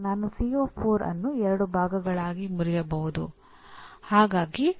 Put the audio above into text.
ನಾನು CO4 ಅನ್ನು ಎರಡು ಭಾಗಗಳಾಗಿ ಮುರಿಯಬಹುದು